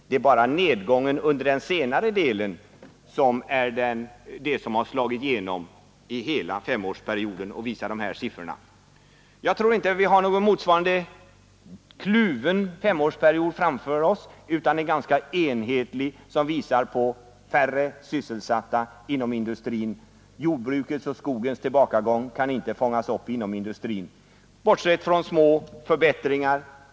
Det är bara nedgången under den senare delen som har slagit igenom i statistiken för hela femårsperioden och som visar dessa siffror. Jag tror inte att vi har någon motsvarande kluven femårsperiod framför oss utan en ganska enhetlig utveckling med färre sysselsatta inom industrin. Jordbrukets och skogens tillbakagång kan inte fångas upp inom industrin.